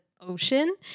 ocean